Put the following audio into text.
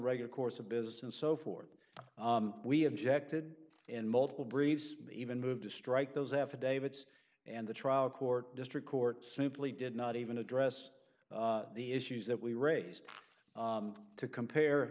regular course of business and so forth we have ject did in multiple briefs even move to strike those affidavits and the trial court district court simply did not even address the issues that we raised to compare